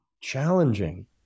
challenging